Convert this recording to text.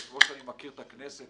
וכמו שאני מכיר את הכנסת,